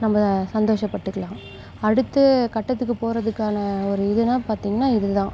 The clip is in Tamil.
நம்ம சந்தோஷப்பட்டுக்கலாம் அடுத்த கட்டத்துக்கு போகிறதுக்கான ஒரு இதுனால் பார்த்தீங்கனா இது தான்